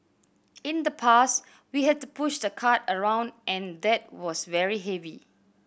in the past we had to push the cart around and that was very heavy